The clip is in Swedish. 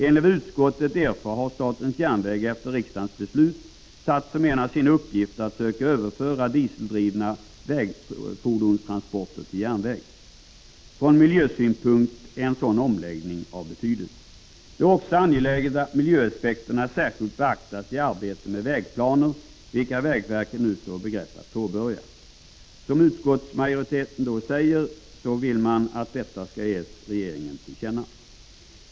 Enligt vad utskottet erfar har statens järnvägar efter riksdagens beslut satt som en av sina uppgifter att söka överföra dieseldrivna vägfordonstransporter till järnväg. Från miljösynpunkt är denna omläggning av stor betydelse. Det är också angeläget att miljöaspekterna särskilt beaktas i arbetet med vägplanerna, vilket vägverket nu står i begrepp att påbörja. Utskottsmajoriteten vill att detta skall ges regeringen till känna.